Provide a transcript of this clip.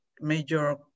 major